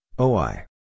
OI